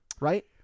Right